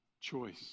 choice